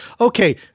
okay